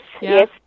yes